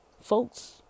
folks